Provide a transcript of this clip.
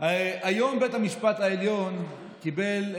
היום בית המשפט העליון קיבל,